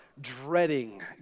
dreading